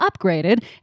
upgraded